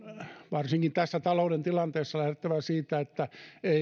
varsinkin tässä talouden tilanteessa lähdettävä siitä että ei